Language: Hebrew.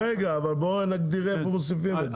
רגע, אבל בואו נגדיר איפה מוסיפים את זה.